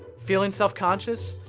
feeling self-conscious?